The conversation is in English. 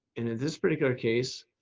in this particular case,